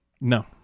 no